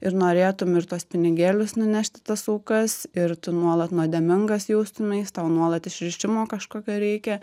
ir norėtum ir tuos pinigėlius nunešt į tas aukas ir tu nuolat nuodėmingas jaustumeis tau nuolat išrišimo kažkokio reikia